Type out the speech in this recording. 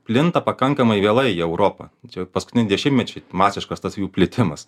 plinta pakankamai vėlai į europą čia paskutiniai dešimtmečiai masiškas tas jų plitimas